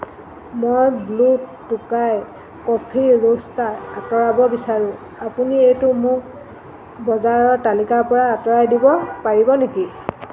মই Blue Tokai Coffee Roasters আঁতৰাব বিচাৰোঁ আপুনি এইটো মোৰ বজাৰৰ তালিকাৰ পৰা আঁতৰাই দিব পাৰিব নেকি